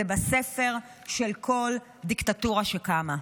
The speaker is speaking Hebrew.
זה בספר של כל דיקטטורה שקמה.